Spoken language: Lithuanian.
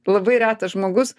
labai retas žmogus